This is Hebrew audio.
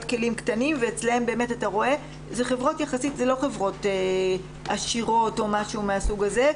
כלים קטנים ואלה לא חברות עשירות או משהו מהסוג הזה.